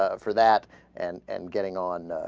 ah for that and and getting on